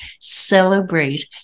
celebrate